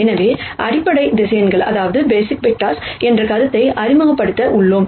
எனவே basis vector என்ற கருத்தை அறிமுகப்படுத்த உள்ளோம்